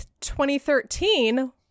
2013